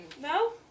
No